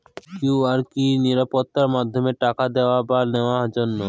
QR কি নিরাপদ মাধ্যম টাকা দেওয়া বা নেওয়ার জন্য?